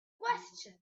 question